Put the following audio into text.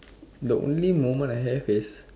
the only moment I have is